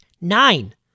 nine